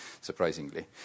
surprisingly